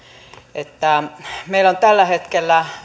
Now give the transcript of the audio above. meillä on